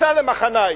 ייסע למחניים,